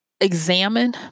examine